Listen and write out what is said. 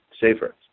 safer